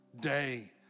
day